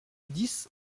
dix